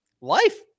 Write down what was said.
life